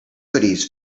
hoodies